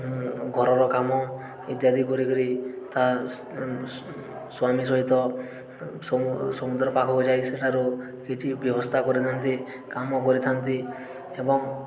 ଘରର କାମ ଇତ୍ୟାଦି କରିକିରି ତା ସ୍ୱାମୀ ସହିତ ସମୁଦ୍ର ପାଖକୁ ଯାଇ ସେଠାରୁ କିଛି ବ୍ୟବସ୍ଥା କରିଥାନ୍ତି କାମ କରିଥାନ୍ତି ଏବଂ